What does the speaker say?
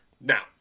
Now